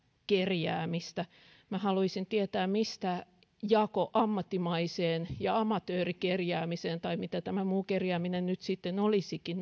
kerjäämistä minä haluaisin tietää miten jako ammattimaiseen ja amatöörikerjäämiseen tai mitä tämä muu kerjääminen nyt sitten olisikaan